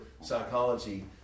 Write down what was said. psychology